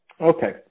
Okay